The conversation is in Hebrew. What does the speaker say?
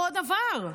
אותו דבר.